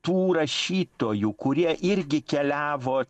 tų rašytojų kurie irgi keliavo